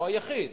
לא היחיד,